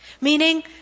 Meaning